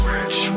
Rich